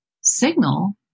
signal